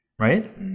right